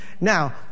Now